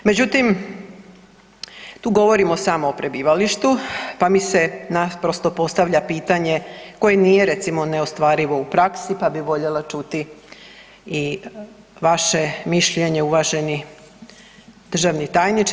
Međutim, tu govorimo samo o prebivalištu pa mi se naprosto postavlja pitanje kojim je recimo neostvarivo u praksi pa bi voljela čuti i vaše mišljenje uvaženi državni tajniče.